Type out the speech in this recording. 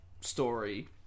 story